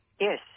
Yes